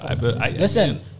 Listen